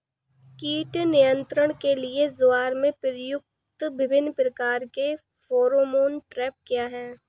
कीट नियंत्रण के लिए ज्वार में प्रयुक्त विभिन्न प्रकार के फेरोमोन ट्रैप क्या है?